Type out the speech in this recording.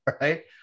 Right